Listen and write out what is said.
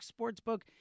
Sportsbook